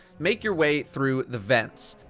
make your way through the vents.